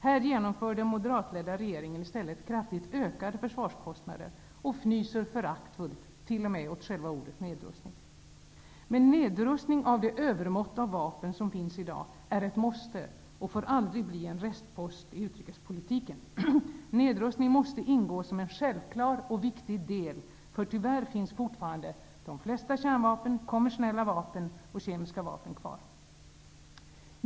Här genomför den moderatledda regeringen i stället kraftigt ökade försvarskostnader och fnyser föraktfullt t.o.m. åt själva ordet nedrustning. Men nedrustning av det övermått av vapen som finns i dag är ett måste och får aldrig bli en restpost i utrikespolitiken. Nedrustning måste ingå som en självklar och viktig del, för tyvärr finns fortfarande de flesta kärnvapen, konventionella vapen och kemiska vapen kvar.